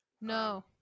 no